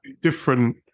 different